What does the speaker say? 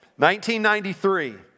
1993